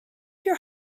your